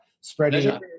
spreading